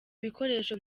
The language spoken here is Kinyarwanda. bikoresho